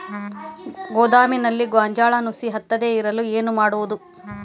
ಗೋದಾಮಿನಲ್ಲಿ ಗೋಂಜಾಳ ನುಸಿ ಹತ್ತದೇ ಇರಲು ಏನು ಮಾಡುವುದು?